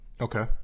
Okay